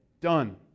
done